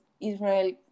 Israel